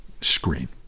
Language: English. screen